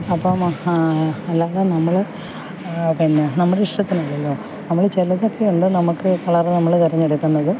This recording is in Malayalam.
അപ്പോൾ അല്ലാതെ നമ്മൾ പിന്നെ നമ്മുടെ ഇഷ്ടത്തിനല്ലല്ലോ നമ്മൾ ചിലതൊക്കെയുണ്ട് നമുക്ക് കളറ് നമ്മൾ തിരഞ്ഞെടുക്കുന്നത്